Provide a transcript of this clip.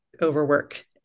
overwork